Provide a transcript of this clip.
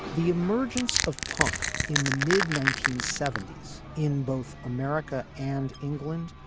the emergence of punk in the mid nineteen seventy s in both america. and england.